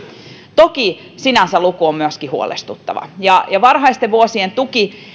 toki sinänsä luku on myöskin huolestuttava ja ja varhaisten vuosien tuki